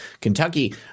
Kentucky